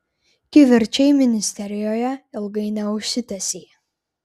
kivirčai ministerijoje ilgai neužsitęsė